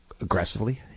aggressively